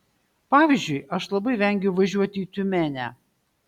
pavyzdžiui aš labai vengiau važiuoti į tiumenę